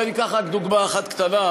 אני אקח רק דוגמה אחת קטנה,